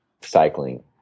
cycling